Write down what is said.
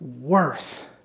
worth